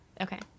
Okay